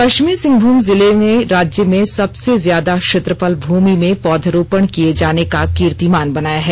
पश्चिमी सिंहभूम जिले ने राज्य में सबसे ज्यादा क्षेत्रफल भूमि में पौधरोपण किए जाने का कीर्तिमान बनाया है